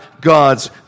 God's